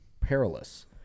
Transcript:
perilous